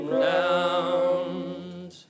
round